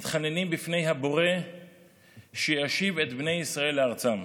התחננו בפני הבורא שישיב את בני ישראל לארצם.